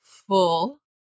Full